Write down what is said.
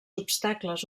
obstacles